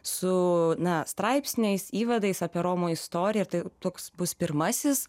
su na straipsniais įvadais apie romų istoriją ir tai toks bus pirmasis